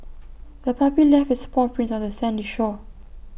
the puppy left its paw prints on the sandy shore